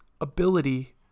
ability